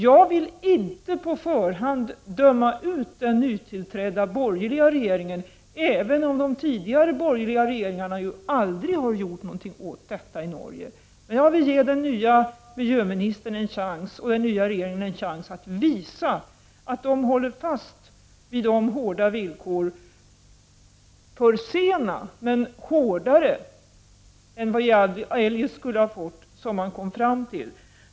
Jag vill inte på förhand döma ut den nytillträdda borgerliga regeringen, även om de tidigare borgerliga regeringarna aldrig har gjort något åt detta i Norge. Men jag vill ge den nya miljöministern och regeringen en chans att visa att de håller fast vid de villkor man kommit fram till, för sena, men hårdare än vad som eljest skulle uppnåtts.